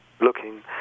looking